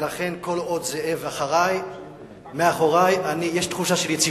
ולכן כל עוד זאב מאחורי יש תחושה של יציבות.